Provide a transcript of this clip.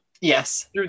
yes